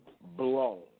blown